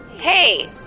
Hey